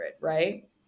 right